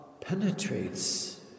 penetrates